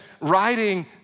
writing